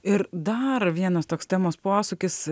ir dar vienas toks temos posūkis